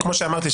כמו שאמרתי,